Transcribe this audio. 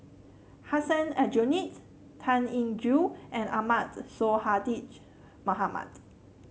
Hussein Aljunied Tan Eng Joo and Ahmad Sonhadji Mohamad